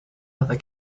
other